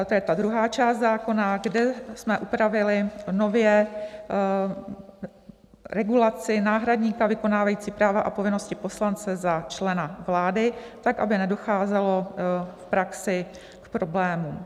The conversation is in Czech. To je ta druhá část zákona, kde jsme upravili nově regulaci náhradníka vykonávajícího práva a povinnosti poslance za člena vlády tak, aby nedocházelo v praxi k problémům.